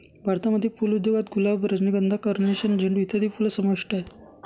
भारतामध्ये फुल उद्योगात गुलाब, रजनीगंधा, कार्नेशन, झेंडू इत्यादी फुलं समाविष्ट आहेत